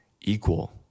equal